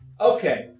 Okay